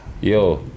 Yo